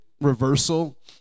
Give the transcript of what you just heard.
reversal